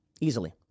Easily